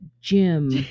Jim